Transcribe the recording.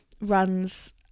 runs